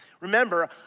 remember